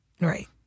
Right